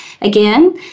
again